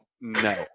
no